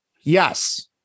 Yes